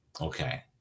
Okay